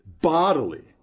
bodily